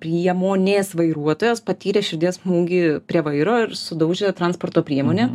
priemonės vairuotojas patyrė širdies smūgį prie vairo ir sudaužė transporto priemonė